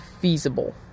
feasible